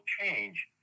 change